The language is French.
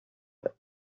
est